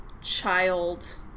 child